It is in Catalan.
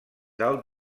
dalt